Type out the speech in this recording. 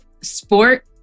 sport